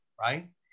right